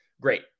great